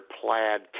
plaid